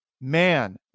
man